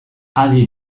adi